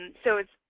and so it's,